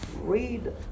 Read